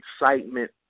excitement